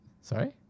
Sorry